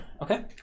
Okay